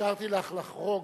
אפשרתי לך לחרוג